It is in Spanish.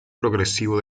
progresivo